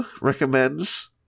recommends